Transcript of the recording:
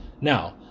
Now